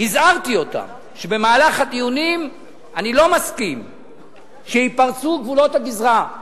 הזהרתי אותם שבמהלך הדיונים אני לא מסכים שייפרצו גבולות הגזרה.